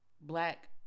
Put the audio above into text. black